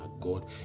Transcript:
God